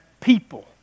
people